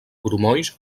grumolls